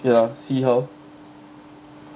okay lah see how